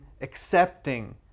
accepting